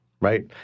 right